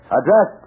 Address